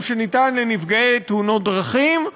או שניתן לנפגעי תאונות דרכים,